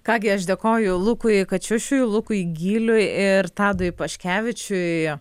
ką gi aš dėkoju lukui kačiušiui lukui gyliui ir tadui paškevičiui